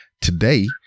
today